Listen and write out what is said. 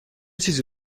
چیزی